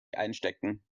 einstecken